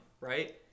right